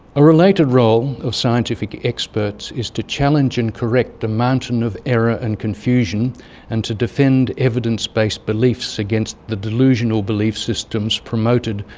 a related role of scientific experts is to challenge and correct a mountain of error and confusion and to defend evidence-based beliefs against delusional belief systems promoted,